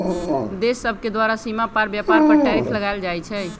देश सभके द्वारा सीमा पार व्यापार पर टैरिफ लगायल जाइ छइ